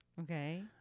Okay